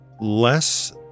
less